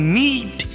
need